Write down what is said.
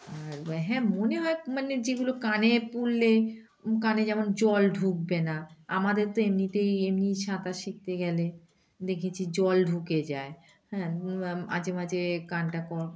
আর হ্যাঁ মনে হয় মানে যেগুলো কানে পরলে কানে যেমন জল ঢুকবে না আমাদের তো এমনিতেই এমনি সাঁতার শিখতে গেলে দেখেছি জল ঢুকে যায় হ্যাঁ বা মাঝেমাঝে কানটা কট